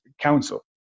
council